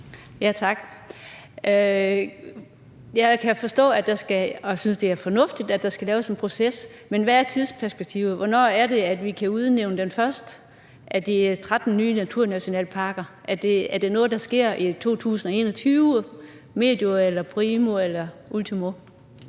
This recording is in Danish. det er fornuftigt – at der skal laves en proces. Men hvad er tidsperspektivet? Hvornår kan vi udnævne den første af de 13 nye naturnationalparker? Er det noget, der sker i 2021 – medio eller primo eller ultimo?